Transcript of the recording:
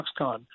Foxconn